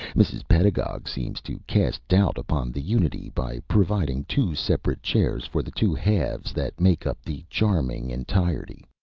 mrs. pedagog seems to cast doubt upon the unity by providing two separate chairs for the two halves that make up the charming entirety.